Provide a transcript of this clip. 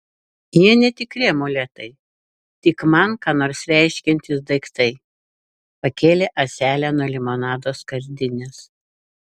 jie netikri amuletai tik man ką nors reiškiantys daiktai pakėlė ąselę nuo limonado skardinės